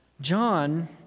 John